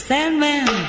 Sandman